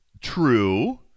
True